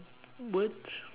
words